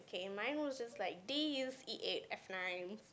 K mine was just like D E eight F nine